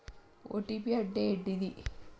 OTP అంటే ఏంటిది?